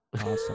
awesome